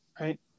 Right